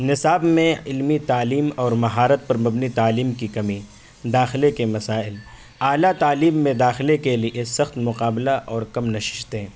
نصاب میں علمی تعلیم اور مہارت پر مبنی تعلیم کی کمی داخلے کے مسائل اعلیٰ تعلیم میں داخلے کے لیے سخت مقابلہ اور کم نشستیں